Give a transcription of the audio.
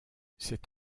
cet